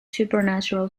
supernatural